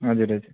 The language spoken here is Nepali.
हजुर हजुर